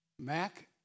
Mac